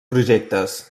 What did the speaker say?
projectes